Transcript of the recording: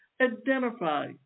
identify